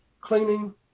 cleaning